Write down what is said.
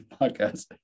podcast